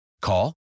Call